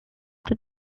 did